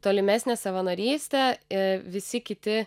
tolimesnę savanorystę ė visi kiti